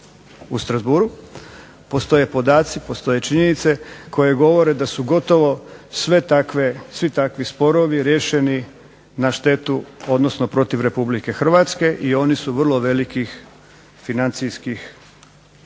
u Strassbourgu. Postoje podaci, postoje činjenice koje govore da su gotovo svi takvi sporovi riješeni na štetu odnosno protiv Republike Hrvatske i oni su vrlo velikih financijskih, vrlo